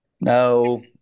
no